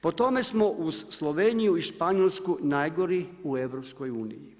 Po tome smo uz Sloveniju i Španjolsku najgori u EU.